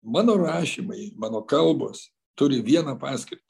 mano rašymai mano kalbos turi vieną paskirtį